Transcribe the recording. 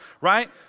right